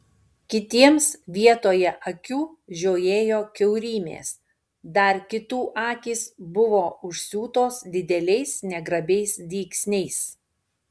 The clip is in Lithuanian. kitiems vietoje akių žiojėjo kiaurymės dar kitų akys buvo užsiūtos dideliais negrabiais dygsniais